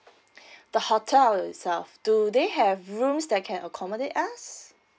the hotel itself do they have rooms that can accommodate us